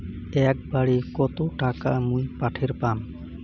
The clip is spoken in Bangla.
একবারে কত টাকা মুই পাঠের পাম?